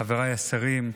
חבריי השרים,